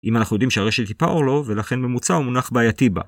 אם אנחנו יודעים שהרשת היא פאורלוב ולכן ממוצע מונח בעייתי בה.